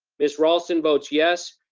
miss raulston votes yes.